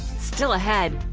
still ahead,